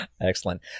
Excellent